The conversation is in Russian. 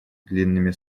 длинными